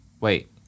wait